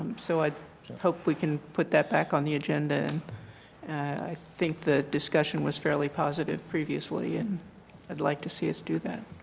so i hope we can put that back on the agenda. and i think the discussion was fairly positive previously and i would like to see us do that.